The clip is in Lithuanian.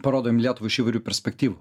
parodom lietuvą iš įvairių perspektyvų